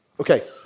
Okay